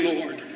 Lord